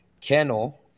Kennel